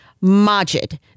Majid